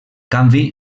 canvi